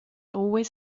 always